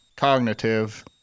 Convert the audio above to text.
Cognitive